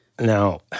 Now